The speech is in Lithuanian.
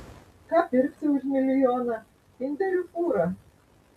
ką pirksi už milijoną kinderių fūrą